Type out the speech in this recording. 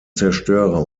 zerstörer